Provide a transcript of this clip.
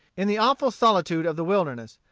in the awful solitude of the wilderness,